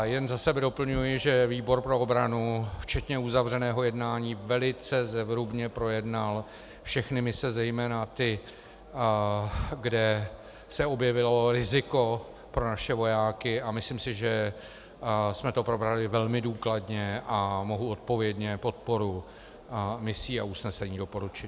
Jen za sebe doplňuji, že výbor pro obranu včetně uzavřeného jednání velice zevrubně projednal všechny mise, zejména ty, kde se objevilo riziko pro naše vojáky a myslím, že jsme to probrali velmi důkladně, a mohu odpovědně podporu misí a usnesení doporučit.